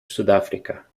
sudáfrica